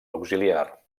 auxiliar